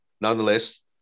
Nonetheless